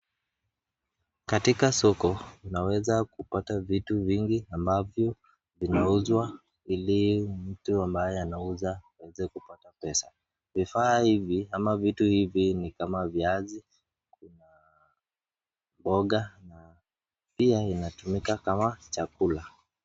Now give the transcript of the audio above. Katika soko tunaweza kupata vitu vingi ambavyo vinauzwa ili mtu ambaye anauza aweze kupata pesa. Vifaa hivi ama vitu hivi ni kama: viazi, kuna mboga na pia inatumika kama chakula.